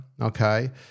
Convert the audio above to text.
okay